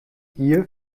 ihr